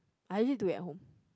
I usually do it at home